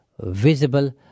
visible